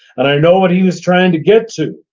and i know what he was trying to get to,